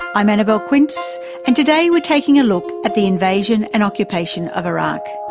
i'm annabelle quince and today we're taking a look at the invasion and occupation of iraq.